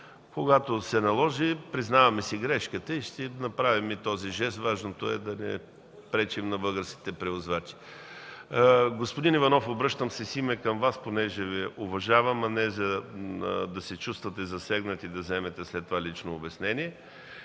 обаче се наложи, признаваме си грешката и ще направим и този жест. Важното е да не пречим на българските превозвачи. Господин Иванов, обръщам се с име към Вас, тъй като Ви уважавам, а не за да се чувствате засегнат и след това да вземете лично обяснение.